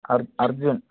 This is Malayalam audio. അർജുൻ